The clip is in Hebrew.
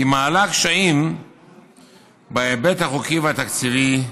היא מעלה קשיים בהיבט החוקי והתקציבי,